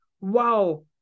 wow